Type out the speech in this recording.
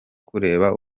kureba